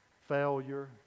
failure